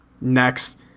Next